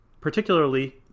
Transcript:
particularly